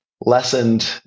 lessened